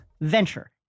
venture